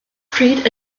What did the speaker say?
pryd